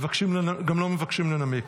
גם לא מבקשים לנמק.